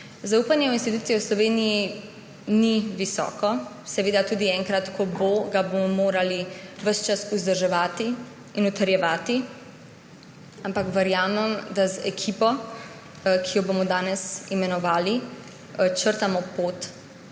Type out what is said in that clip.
Zaupanje v institucije v Sloveniji ni visoko, seveda tudi ko enkrat bo, ga bomo morali ves čas vzdrževati in utrjevati, ampak verjamem, da z ekipo, ki jo bomo danes imenovali, črtamo pot k